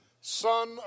Son